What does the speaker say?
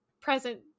present